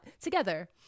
together